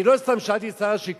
אני לא סתם שאלתי את שר השיכון,